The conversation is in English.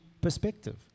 perspective